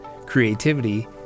creativity